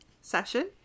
session